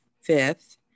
fifth